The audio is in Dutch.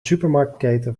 supermarktketen